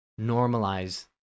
normalize